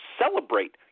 celebrate